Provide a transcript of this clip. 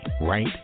right